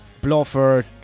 bluffer